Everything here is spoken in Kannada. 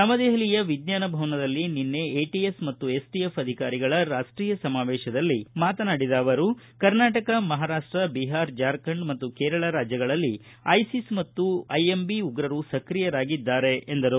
ನವೆದೆಹಲಿಯ ವಿಜ್ಞಾನ ಭವನದಲ್ಲಿ ನಿನ್ನೆ ಎಟಿಎಸ್ ಮತ್ತು ಎಸ್ಟಿಎಫ್ ಅಧಿಕಾರಿಗಳ ರಾಷ್ಟೀಯ ಸಮಾವೇಶದಲ್ಲಿ ಮಾತನಾಡಿದ ಅವರು ಕರ್ನಾಟಕ ಮಹಾರಾಷ್ನ ಬಿಹಾರ ಜಾರ್ಖಂಡ್ ಮತ್ತು ಕೇರಳ ರಾಜ್ಯಗಳಲ್ಲಿ ಐಸಿಸ್ ಮತ್ತು ಐಎಂಬಿ ಉಗ್ರರು ಸಕ್ರಿಯರಾಗಿದ್ದಾರೆ ಎಂದರು